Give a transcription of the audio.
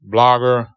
Blogger